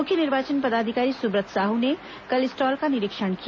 मुख्य निर्वाचन पदाधिकारी सुब्रत साहू ने कल स्टॉल का निरीक्षण किया